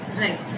Right